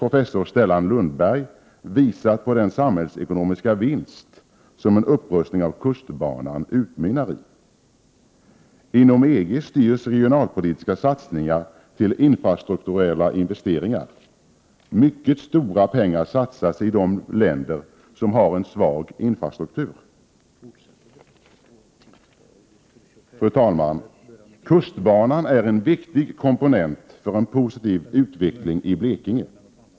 professor Stellan Lundberg visat på den samhällsekonomiska vinst som en upprustning av kustbanan utmynnar i. Inom EG styrs regionalpolitiska satsningar till infrastrukturella investeringar. Mycket stora pengar satsas i de länder som har en svag infrastruktur. Fru talman! Kustbanan är en viktig komponent för en positiv utveckling i Blekinge.